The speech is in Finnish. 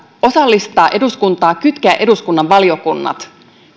osallistaa eduskuntaa kytkeä eduskunnan valiokunnat